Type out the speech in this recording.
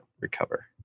recover